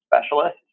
specialist